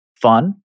fun